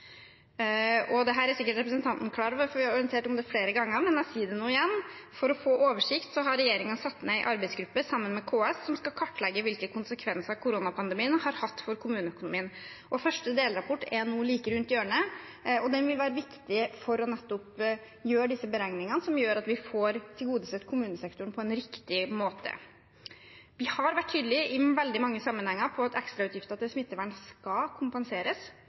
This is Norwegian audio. er sikkert representanten klar over, for vi har orientert om det flere ganger, men jeg sier det nå igjen: For å få oversikt har regjeringen satt ned en arbeidsgruppe sammen med KS som skal kartlegge hvilke konsekvenser koronapandemien har hatt for kommuneøkonomien. Første delrapport er nå like rundt hjørnet, og den vil være viktig nettopp for å gjøre disse beregningene som gjør at vi får tilgodesett kommunesektoren på en riktig måte. Vi har vært tydelige i veldig mange sammenhenger på at ekstrautgifter til smittevern skal kompenseres,